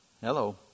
Hello